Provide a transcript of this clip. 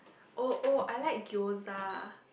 oh oh I like gyoza